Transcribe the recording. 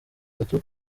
itatu